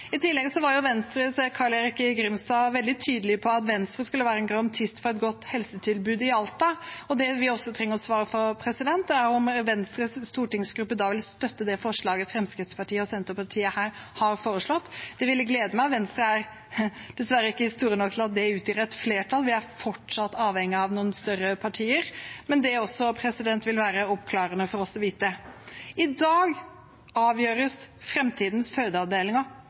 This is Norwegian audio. I tillegg var Venstres Carl-Erik Grimstad veldig tydelig på at Venstre skulle være en garantist for et godt helsetilbud i Alta. Det vi da også trenger svar på, er om Venstres stortingsgruppe da vil støtte det forslaget Fremskrittspartiet og Senterpartiet her fremmer. Det ville glede meg. Venstre er dessverre ikke store nok til at det til sammen utgjør et flertall; vi er fortsatt avhengig av noen større partier. Men det ville også være oppklarende å få vite det. I dag avgjøres framtidens fødeavdelinger